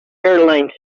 airlines